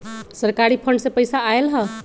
सरकारी फंड से पईसा आयल ह?